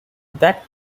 that